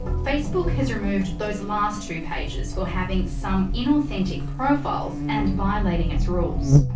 facebook has removed those last two pages for having some inauthentic profiles and violating its rules.